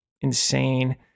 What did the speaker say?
insane